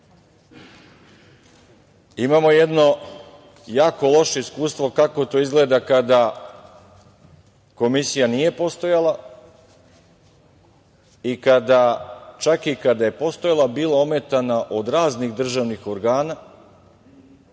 Imamo jedno jako loše iskustvo kako to izgleda kada Komisija nije postojala, čak i kada je postojala bila ometana od raznih državnih organa,